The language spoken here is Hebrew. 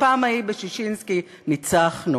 בפעם ההיא בששינסקי ניצחנו